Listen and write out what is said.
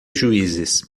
juízes